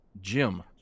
Jim